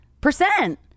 Percent